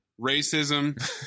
racism